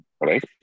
Right